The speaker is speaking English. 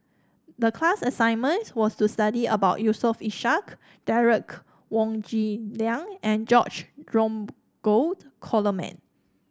the class assignment was to study about Yusof Ishak Derek Wong Zi Liang and George Dromgold Coleman